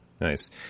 Nice